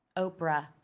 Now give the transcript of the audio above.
oprah.